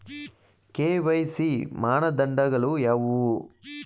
KYC ಮಾನದಂಡಗಳು ಯಾವುವು?